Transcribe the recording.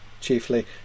chiefly